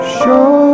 show